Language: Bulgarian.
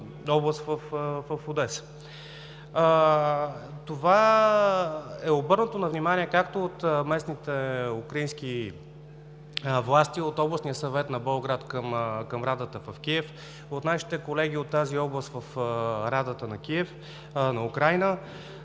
това е обърнато внимание както от местните украински власти, от областния съвет на Болград към Радата в Киев, от нашите колеги от тази област в Радата на Киев, на Украйна,